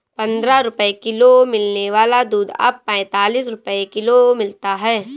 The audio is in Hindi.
पंद्रह रुपए किलो मिलने वाला दूध अब पैंतालीस रुपए किलो मिलता है